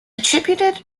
attributed